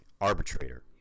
arbitrator